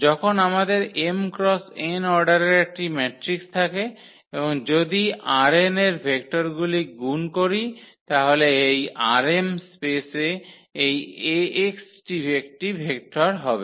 যখন আমাদের m x n অর্ডারের একটি ম্যাট্রিক্স থাকে এবং যদি ℝn এর ভেক্টরগুলি গুণ করি তাহলে এই ℝm স্পেসে এই Ax টি একটি ভেক্টর হবে